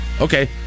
okay